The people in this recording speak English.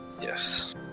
Yes